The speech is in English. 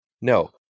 No